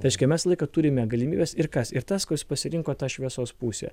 tai reiškia mes visą laiką turime galimybes ir kas ir tas kuris pasirinko tą šviesos pusę